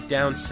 Down